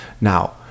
now